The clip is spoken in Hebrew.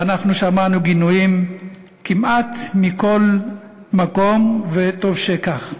ואנחנו שמענו גינויים כמעט מכל מקום, וטוב שכך.